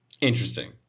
Interesting